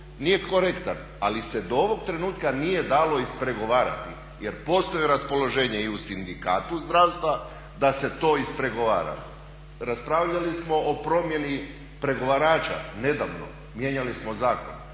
nije korektan ali se do ovog trenutka nije dalo ispregovarati jer postoji raspoloženje i u Sindikatu zdravstva da se to ispregovara. Raspravljali smo o promjeni pregovarača nedavno, mijenjali smo zakon,